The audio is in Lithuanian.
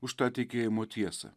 už tą tikėjimo tiesą